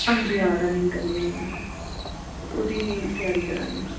हां जी हां रनिंग करनी होन्नी में ते ओह्दी तेआरी करा नी में